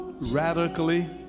radically